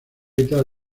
evitar